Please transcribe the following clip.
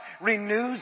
renews